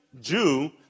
Jew